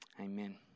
amen